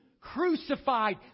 crucified